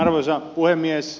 arvoisa puhemies